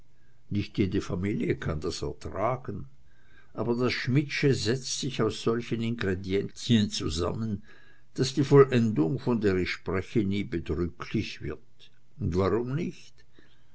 nicht jede familie kann das ertragen aber das schmidtsche setzt sich aus solchen ingredienzien zusammen daß die vollendung von der ich spreche nie bedrücklich wird und warum nicht